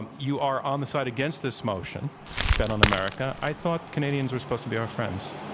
and you are on the side against this motion bet on america. i thought canadians were supposed to be our friends.